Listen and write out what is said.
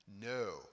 No